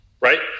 Right